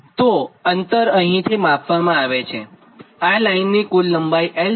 તોઅંતર અહીંથી માપવામાં આવે છેઆ લાઇનની કુલ લંબાઇ 𝑙 છે